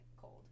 cold